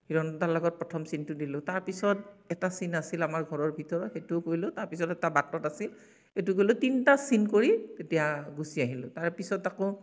হিৰণ্য দাৰ লগত প্ৰথম চিনটো দিলোঁ তাৰ পিছত এটা চিন আছিল আমাৰ ঘৰৰ ভিতৰত সেইটো কৰিলোঁ তাৰ পিছত এটা বাটত আছিল সেইটো কৰিলোঁ তিনিটা চিন কৰি তেতিয়া গুচি আহিলোঁ তাৰ পিছত আকৌ